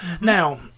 Now